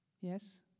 Yes